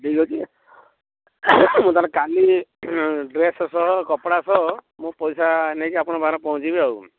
ଠିକ୍ ଅଛି ମୁଁ ତା'ହେଲେ କାଲି ଡ୍ରେସ୍ ସହ କପଡ଼ା ସହ ମୁଁ ପଇସା ନେଇକି ଆପଣଙ୍କ ପାଖରେ ପହଞ୍ଚିବି ଆଉ